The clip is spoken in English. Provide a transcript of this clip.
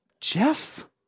Jeff